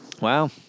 Wow